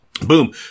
Boom